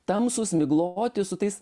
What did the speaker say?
tamsūs migloti su tais